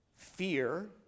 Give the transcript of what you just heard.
Fear